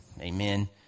Amen